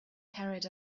carried